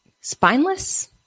spineless